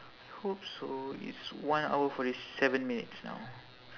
I hope so it's one hour forty seven minutes now